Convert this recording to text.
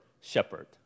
shepherd